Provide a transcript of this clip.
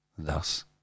thus